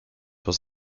was